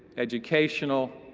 educational,